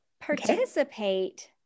participate